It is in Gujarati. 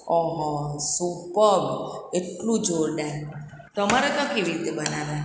ઓહો સુપર્બ એટલું જોરદાર તમારા ત્યાં કેવી રીતે બનાવે